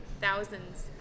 thousands